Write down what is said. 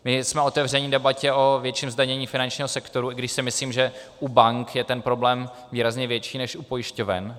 My jsme otevřeni debatě o větším zdanění finančního sektoru, i když si myslím, že u bank je ten problém výrazně větší než u pojišťoven.